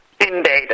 Indeed